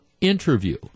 interview